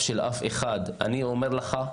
אני אומר לך,